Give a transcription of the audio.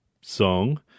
song